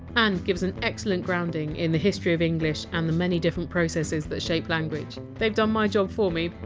and gives an excellent grounding in the history of english and the many different processes that shape language. they! ve done my job for me.